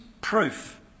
proof